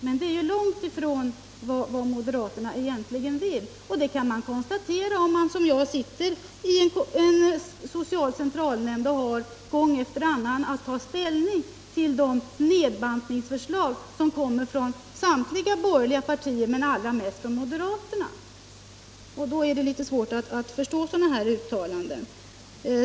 Men det är långt ifrån vad moderaterna egentligen vill; det kan man konstatera, om man som jag sitter i en social centralnämnd och gång efter annan har att ta ställning till de nedbantningsförslag som kommer från samtliga borgerliga partier men allra mest från moderaterna. Då är det litet svårt att förstå sådana här uttalanden.